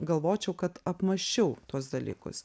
galvočiau kad apmąsčiau tuos dalykus